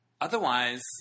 Otherwise